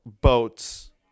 boats